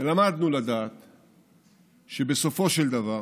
ולמדנו שבסופו של דבר